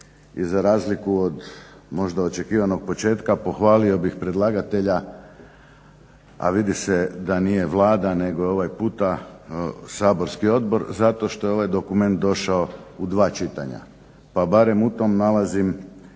i za razliku od možda očekivanog početka. Pohvalio bih predlagatelja, a vidi se da nije Vlada, nego ovaj puta Saborski odbor zato što je ovaj dokument došao u dva čitanja. Pa barem u tom nalazim